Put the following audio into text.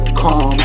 calm